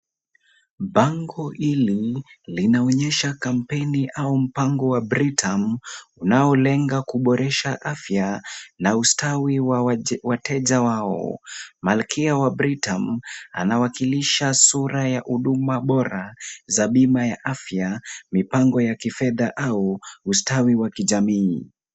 Bango hili linaonyesha kampeni au mpango wa Britam unaolenga kuboeresha afya na ustawi wa wateja wao. Malkia wa Britam, anawakilisha sura ya huduma bora za bima ya afya, mipango ya kifedha au ustawi wa kijamii.